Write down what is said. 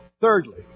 Thirdly